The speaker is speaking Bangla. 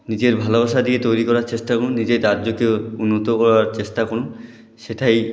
নিজের ভালোবাসা দিয়ে তৈরি করার চেষ্টা করুন নিজের রাজ্যকে উন্নত করার চেষ্টা করুন সেটাই